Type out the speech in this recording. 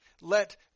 let